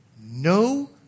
no